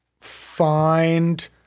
find